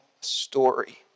story